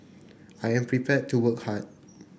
I am prepared to work hard